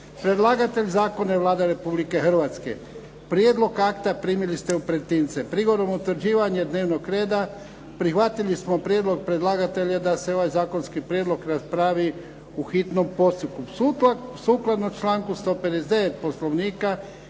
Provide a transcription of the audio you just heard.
Predlagatelj zakona je Vlada Republike Hrvatske. Prijedlog akta primili ste u pretince. Prigodom utvrđivanja dnevnog reda prihvatili smo prijedlog predlagatelja da se ovaj zakonski prijedlog raspravi u hitnom postupku.